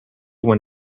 when